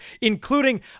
including